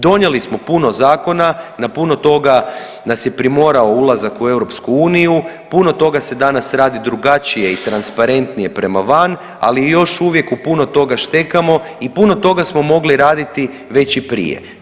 Donijeli smo puno zakona, na puno toga nas je primorao ulazak u EU, puno toga se danas radi drugačije i transparentnije prema van, ali još uvijek u puno toga štekamo i puno toga smo mogli raditi već i prije.